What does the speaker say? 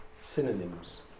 synonyms